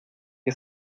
que